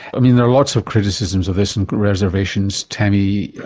i mean, there are lots of criticisms of this and reservations, tammy,